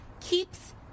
keeps